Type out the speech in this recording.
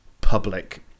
public